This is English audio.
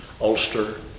Ulster